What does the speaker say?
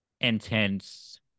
intense